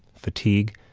fatigue,